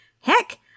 Heck